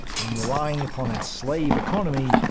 and relying upon a slave economy,